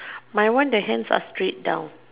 my one the hands are straight down